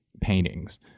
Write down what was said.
paintings